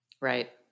Right